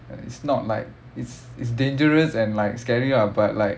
err it's not like it's it's dangerous and like scary ah but like